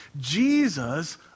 Jesus